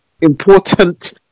important